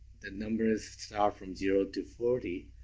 the numbers start from zero to forty,